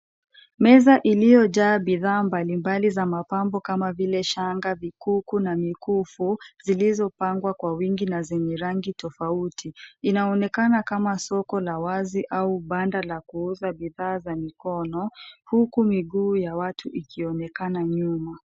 Meza iliyojaa bidhaa mbalimbali za mapambo kama vile shanga, vikuku na mikufu, zilizopangwa kwa wingi na zenye rangi tofauti. Inaonekana kama soko la wazi ama banda la kuuza bidhaa za mikono, huku miguu ya watu ikionekana nyuma.